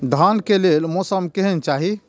धान के लेल मौसम केहन चाहि?